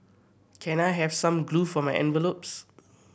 can I have some glue for my envelopes